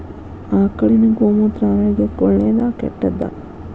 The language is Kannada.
ಆಕಳಿನ ಗೋಮೂತ್ರ ಆರೋಗ್ಯಕ್ಕ ಒಳ್ಳೆದಾ ಕೆಟ್ಟದಾ?